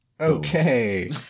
Okay